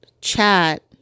chat